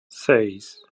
seis